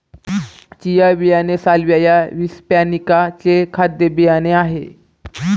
chia बियाणे salvia या hispanica चे खाद्य बियाणे आहे